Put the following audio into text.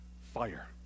fire